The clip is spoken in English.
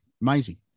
Amazing